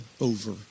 over